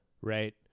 Right